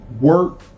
work